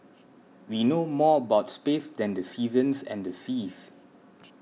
we know more about space than the seasons and the seas